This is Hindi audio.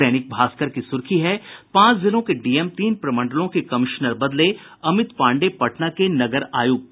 दैनिक भास्कर की सुर्खी है पांच जिलों के डीएम तीन प्रमंडलों के कमिश्नर बदले अमित पांडेय पटना के नगर आयुक्त